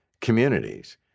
communities